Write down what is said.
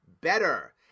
better